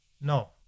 No